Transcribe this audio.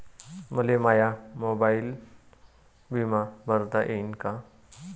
मले माया मोबाईलनं बिमा भरता येईन का?